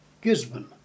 Gisborne